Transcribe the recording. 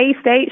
state